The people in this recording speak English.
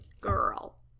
Girl